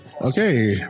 Okay